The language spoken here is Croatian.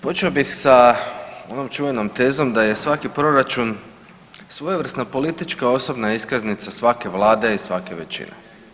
Počeo bih sa onom čuvenom tezom da je svaki proračun svojevrsna politička osobna iskaznica svake vlade i svake većine.